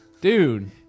dude